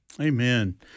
Amen